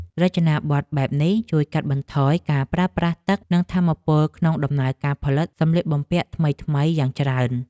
រចនាប័ទ្មបែបនេះជួយកាត់បន្ថយការប្រើប្រាស់ទឹក និងថាមពលក្នុងដំណើរការផលិតសម្លៀកបំពាក់ថ្មីៗយ៉ាងច្រើន។